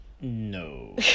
No